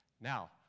Now